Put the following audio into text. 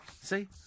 See